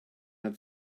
had